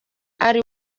ari